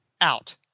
out